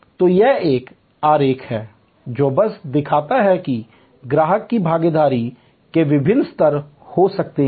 तो यह एक आरेख है जो बस दिखाता है कि ग्राहक की भागीदारी के विभिन्न स्तर हो सकते हैं